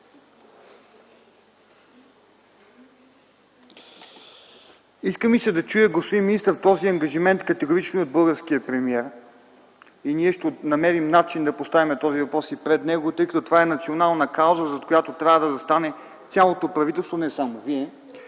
иска ми се да чуя този ангажимент категорично и от българския премиер. Ние ще намерим начин да поставим този въпрос и пред него, тъй като това е национална кауза, зад която трябва да застане цялото правителство, не само Вие.